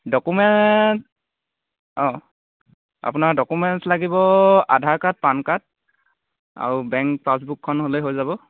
documents অঁ আপোনাৰ documents লাগিব আধাৰ কাৰ্ড পান কাৰ্ড আৰু বেংক পাছবুকখন হ'লেই হৈ যাব